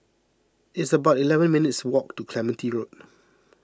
it's about eleven minutes' walk to Clementi Road